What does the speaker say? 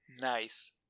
Nice